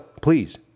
please